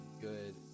good